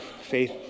faith